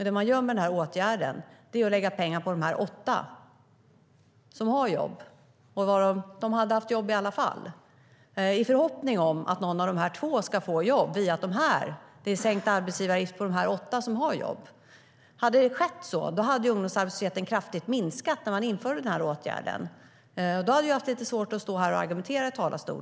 Det man gör med den här åtgärden är att lägga pengar på de åtta som har jobb och hade haft jobb i alla fall i förhoppning om att någon av de två arbetslösa ska få jobb via sänkta arbetsgivaravgifter för de åtta som har jobb. Hade det fungerat hade ungdomsarbetslösheten kraftigt minskat när man införde åtgärden. Då hade jag haft lite svårt att stå här i talarstolen och argumentera.